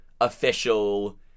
official